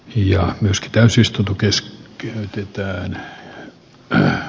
ja myös täysistuntokes kehitetään ja